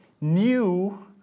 new